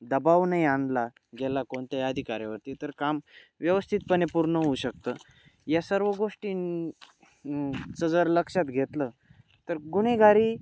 दबाव नाही आणला गेला कोणत्या अधिकाऱ्यावरती तर काम व्यवस्थितपणे पूर्ण होऊ शकतं या सर्व गोष्टींचं जर लक्षात घेतलं तर गुन्हेगारी